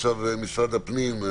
משרד הפנים: